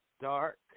Dark